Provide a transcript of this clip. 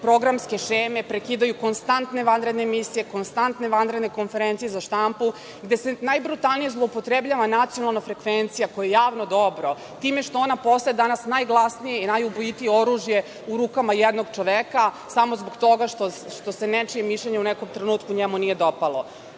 programske šeme prekidaju konstantne vanredne emisije, konstantne vanredne konferencije za štampu, gde se najbrutalnije zloupotrebljava nacionalna frekvencija koja je javno dobro, time što ona postaje najglasniji i najubojitije oružje u rukama jednog čoveka samo zbog toga što se nečije mišljenje u nekom trenutku nije dopalo. Da